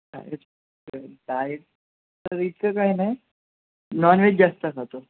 diet diet तर इतकं काय नाही नॉनव्हेज जास्त खातो